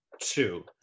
two